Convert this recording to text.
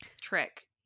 trick